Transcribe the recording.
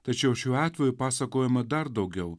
tačiau šiuo atveju pasakojama dar daugiau